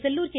Sellur K